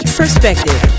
perspective